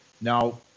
Now